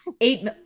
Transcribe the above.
eight